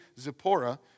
Zipporah